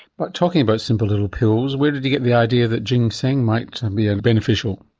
but talking about simple little pills where did you get the idea that ginseng might be ah beneficial?